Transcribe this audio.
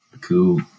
Cool